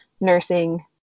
nursing